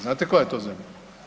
Znate koja je to zemlja?